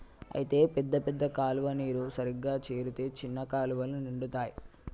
అయితే పెద్ద పెద్ద కాలువ నీరు సరిగా చేరితే చిన్న కాలువలు నిండుతాయి